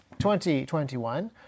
2021